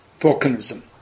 volcanism